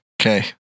Okay